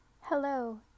Hello